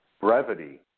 Brevity